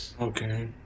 okay